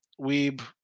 Weeb